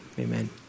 Amen